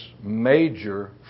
major